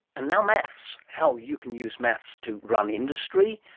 and now maths, how you can use maths to run industry,